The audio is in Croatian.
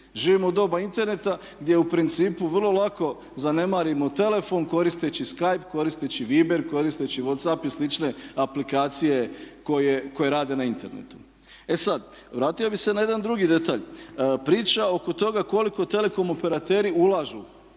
Živimo u doba Interneta gdje u principu vrlo lako zanemarimo telefon koristeći skype koristeći viber koristeći whatsapp i slične aplikacije koje rade na internetu. E sad, vratio bih se na jedan drugi detalj, priča oko toga koliko telekom operateri ulažu